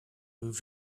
moved